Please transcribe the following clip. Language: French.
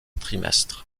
trimestre